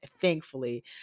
thankfully